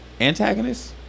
antagonist